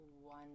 one